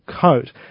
coat